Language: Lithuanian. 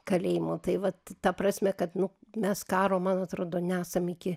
kalėjimo tai vat ta prasme kad nu mes karo man atrodo nesam iki